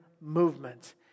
movement